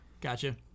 Gotcha